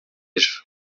ejo